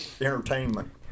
entertainment